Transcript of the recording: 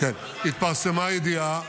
התפרסמה ידיעה.